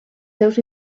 seus